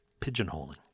pigeonholing